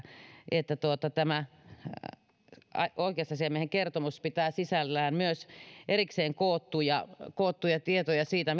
että oikeusasiamiehen kertomus pitää sisällään myös erikseen koottuja tietoja siitä